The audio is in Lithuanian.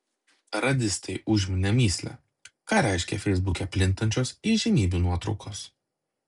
radistai užminė mįslę ką reiškia feisbuke plintančios įžymybių nuotraukos